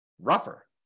rougher